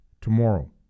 tomorrow